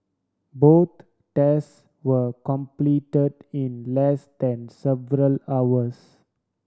both test were completed in less than seven hours